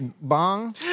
bong